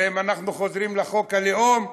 הרי אם אנחנו חוזרים לחוק הלאום,